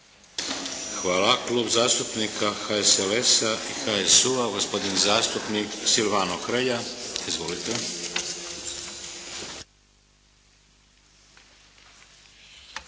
Hvala. Klub zastupnika HSLS-a i HSU-a, gospodin zatupnik Silvano Hrelja. Izvolite.